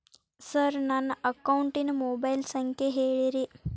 sir ನನ್ನ ಅಕೌಂಟಿನ mobile ಸಂಖ್ಯೆ ಹೇಳಿರಿ